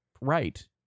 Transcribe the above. right